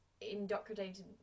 Indoctrinated